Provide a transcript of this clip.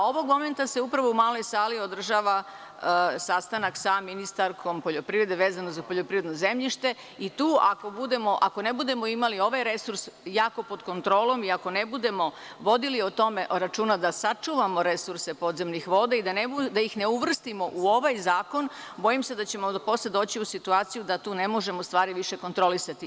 Ovog momenta se upravo u Maloj sali održava sastanak sa ministarkom poljoprivrede, vezano za poljoprivredno zemljište i tu ako ne budemo imali ovaj resurs jako pod kontrolom i ako ne budemo vodili o tome računa da sačuvamo resurse podzemnih voda i da ih ne uvrstimo u ovaj zakon, bojim se da ćemo posle doći u situaciju da tu ne možemo stvari više kontrolisati.